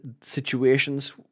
situations